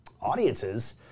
audiences